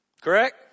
correct